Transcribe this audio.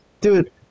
dude